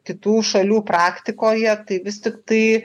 kitų šalių praktikoje tai vis tiktai